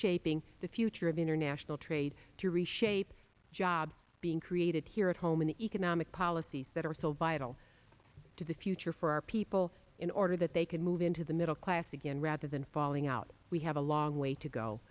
reshaping the future of international trade to reshape jobs being created here at home in the economic policies that are so vital to the future for our people in order that they can move into the middle class again rather than falling out we have a long way to go